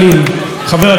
חבר הכנסת אלאלוף?